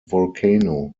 volcano